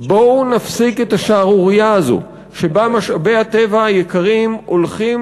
בואו נפסיק את השערורייה הזאת שבה משאבי הטבע היקרים הולכים